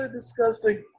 Disgusting